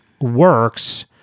works